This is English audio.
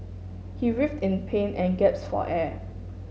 he writhed in pain and gasped for air